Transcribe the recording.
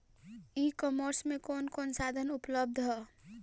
ई कॉमर्स में कवन कवन साधन उपलब्ध ह?